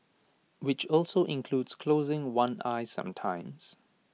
which also includes closing one eye sometimes